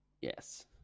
Yes